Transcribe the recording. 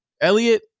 Elliot